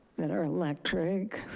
that are electric,